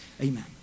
Amen